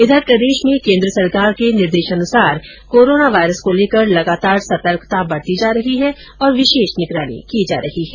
इधर प्रदेश में केन्द्र सरकार के निर्देशानुसार कोरोना वायरस को लेकर लगातार सतर्कता बरती जा रही है और विशेष निगरानी की जा रही है